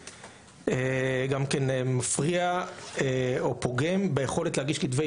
זה מפריע או פוגם ביכולת להגיש כתבי